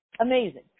Amazing